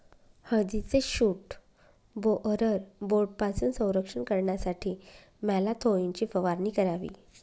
हळदीचे shoot borer बोर्डपासून संरक्षण करण्यासाठी मॅलाथोईनची फवारणी करावी